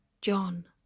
John